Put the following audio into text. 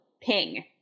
ping